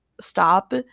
stop